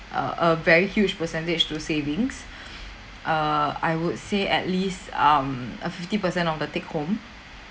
err a very huge percentage to savings err I would say at least um a fifty per cent of the take-home